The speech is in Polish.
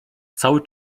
cały